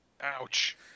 Ouch